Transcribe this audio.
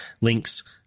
links